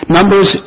Numbers